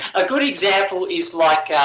a good example is like